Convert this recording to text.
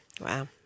wow